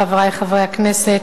חברי חברי הכנסת,